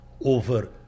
over